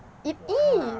it is